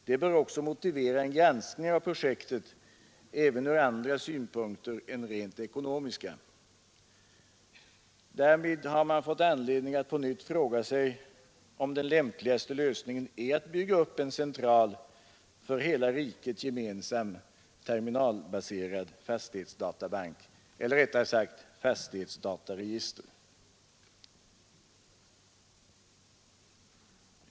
Det bör också motivera en granskning av projektet även ur andra synpunkter än rent ekonomiska. Därvid har man fått anledning att på nytt fråga sig om den lämpligaste lösningen är att bygga upp en central, för hela riket gemensam terminalbaserad fastighetsdatabank eller rättare sagt ett fastighetsdataregister.